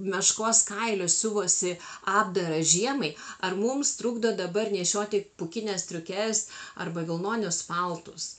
meškos kailių siuvosi apdarą žiemai ar mums trukdo dabar nešioti pūkines striukes arba vilnonius paltus